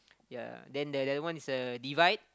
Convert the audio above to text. ya then that one is a divide